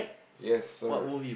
yes sir